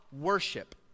worship